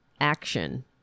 action